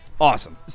Awesome